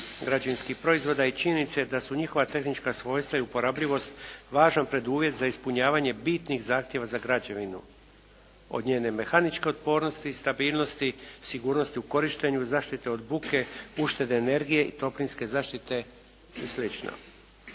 građevinskih proizvoda i činjenica je da su njihova tehnička svojstva i uporabljivost važan preduvjet za ispunjavanje bitnih zahtjeva za građevinu od njene mehaničke otpornosti i stabilnosti, sigurnosti u korištenju zaštite od buke, uštede energije i toplinske zaštite i